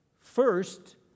First